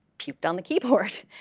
puked on the keyboard,